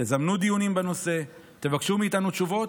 תזמנו דיונים בנושא, תבקשו מאיתנו תשובות,